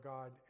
God